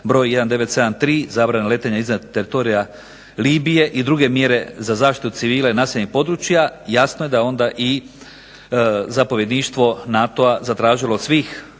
broj 1973. – Zabrana letenja iznad teritorija Libije i druge mjere za zaštitu civila i naseljenih područja jasno je da je onda i zapovjedništvo NATO-a zatražilo od svih